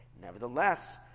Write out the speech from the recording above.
Nevertheless